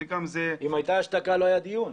הייתה השתקה לא היה דיון.